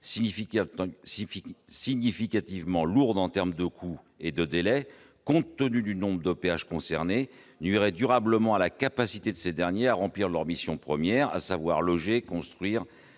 significativement lourde en termes de coûts et de délais compte tenu du nombre d'OPH concernés, nuirait durablement à la capacité de ces derniers à remplir leur mission première, à savoir loger, construire